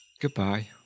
Goodbye